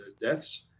deaths